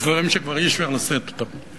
יש דברים שכבר אי-אפשר לשאת אותם,